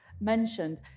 mentioned